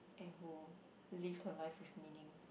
and who lived her life with meaning